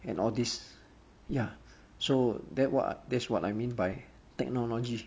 and all these ya so that what that's what I mean by technology